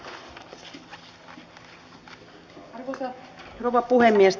arvoisa rouva puhemies